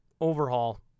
overhaul